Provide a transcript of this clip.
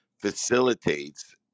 facilitates